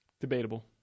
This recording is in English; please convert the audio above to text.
Debatable